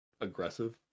aggressive